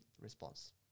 response